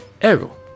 Ego